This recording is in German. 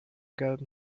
gelben